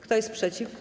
Kto jest przeciw?